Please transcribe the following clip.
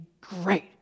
great